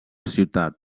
ciutat